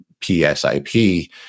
PSIP